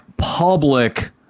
public